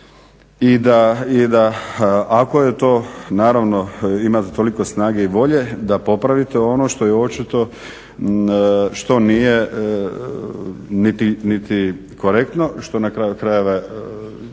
I ako je to naravno imati toliko snage i volje da popravite ono što je očito što nije niti korektno što na kraju